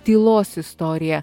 tylos istorija